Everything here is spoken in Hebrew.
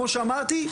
כמו שאמרתי,